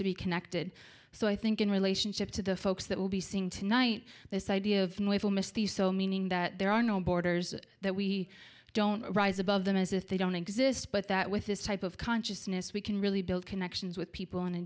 to be connected so i think in relationship to the folks that will be seeing tonight this idea of the soul meaning that there are no borders that we don't rise above them as if they don't exist but that with this type of consciousness we can really build connections with people